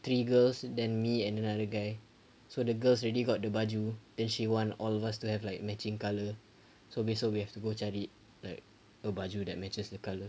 three girls then me and another guy so the girls already got the baju then she want all of us to have like matching colour so besok we have to go cari like a baju that matches the colour